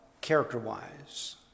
character-wise